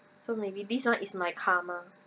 so maybe this one is my karma